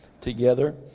together